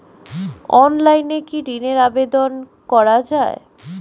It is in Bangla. অনলাইনে কি ঋণের আবেদন করা যায়?